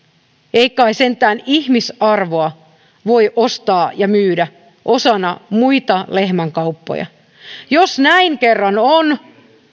ei kai sentään ihmisarvoa voi ostaa ja myydä osana muita lehmänkauppoja jos näin kerran on